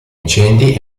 incendi